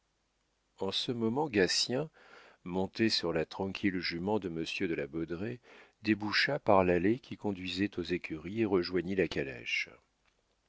en ce moment gatien monté sur la tranquille jument de monsieur de la baudraye déboucha par l'allée qui conduisait aux écuries et rejoignit la calèche